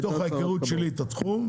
מתוך ההיכרות שלי את התחום,